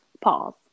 Pause